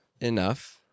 enough